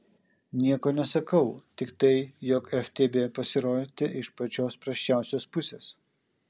nieko nesakau tik tai jog ftb pasirodė iš pačios prasčiausios pusės